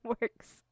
works